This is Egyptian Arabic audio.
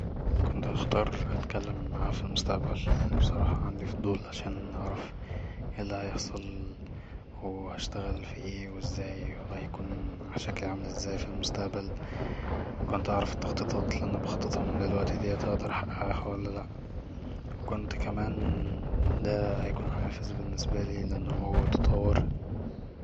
كنت هختار اتكلم معاه في المستقبل لأني بصراحة عندي فضول أعرف اي اللي هيحصل و هشتغل في اي وازاي وهيكون شكلي عامل ازاي في المستقبل وكنت هعرف التخطيطات اللي انا بخططها من دلوقتي ديت هقدر أحققها ولا لا وكنت كمان دا هيكون حافز بالنسبالي للنمو والتطور